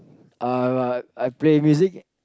uh I play music